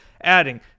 adding